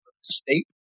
state